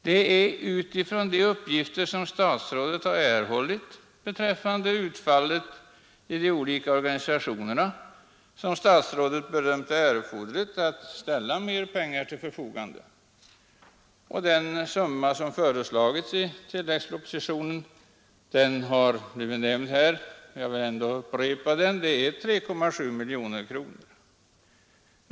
Det är utifrån de uppgifter som statsrådet har erhållit beträffande utfallet i de olika organisationerna som statsrådet bedömt erforderligt ställa mer pengar till förfogande. Den summa som föreslagits i propositionen är 3,7 miljoner kronor.